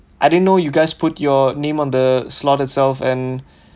I didn't know you guys put your name on the slot itself and